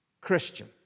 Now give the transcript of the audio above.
Christian